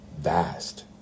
vast